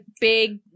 big